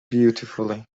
beautifully